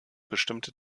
bestimmte